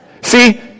See